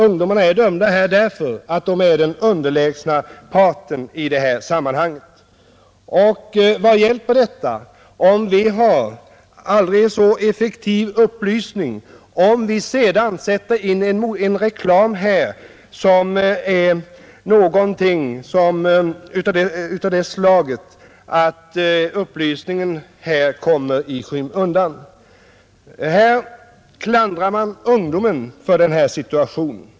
Ungdomarna är dömda därför att de är den underlägsna parten i det här sammanhanget. Vad hjälper det om vi har aldrig så effektiv upplysning, om man sedan sätter in en reklam som gör att upplysningen kommer i skymundan? Man klandrar ungdomen för den här situationen.